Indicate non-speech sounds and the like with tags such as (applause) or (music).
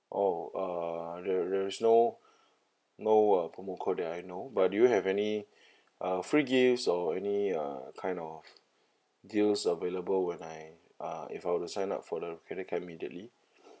oh uh t~ there is no no uh promo code that I know but do you have any (breath) uh free gifts or any uh kind of deals available when I uh if I were to sign up for the credit card immediately